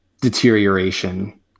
deterioration